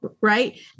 Right